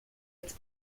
its